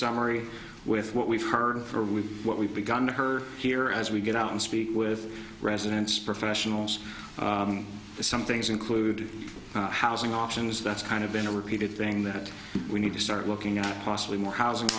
summary with what we've heard or with what we've begun to her hear as we get out and speak with residents professionals something's included housing options that's kind of been a repeated thing that we need to start looking at possibly more housing